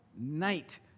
night